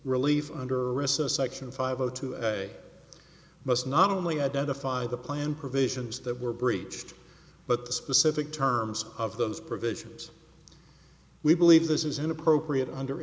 relief under a recess section five zero two i must not only identify the plan provisions that were breached but the specific terms of those provisions we believe this is inappropriate under